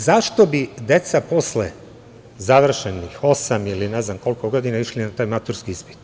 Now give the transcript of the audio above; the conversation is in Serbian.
Zašto bi deca posle završenih osam ili ne znam koliko godina išli na taj maturski ispit?